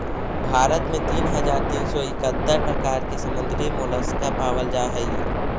भारत में तीन हज़ार तीन सौ इकहत्तर प्रकार के समुद्री मोलस्का पाबल जा हई